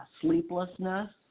sleeplessness